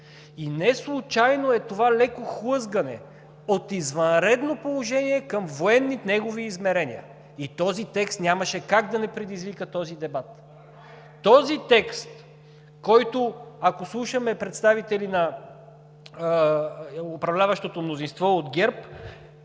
И неслучайно е това леко хлъзгане от извънредно положение към негови военни измерения. И този текст нямаше как да не предизвика този дебат. Този текст, който, ако слушаме представители на управляващото мнозинство от ГЕРБ,